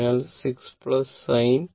അതിനാൽ 6 5 പാപം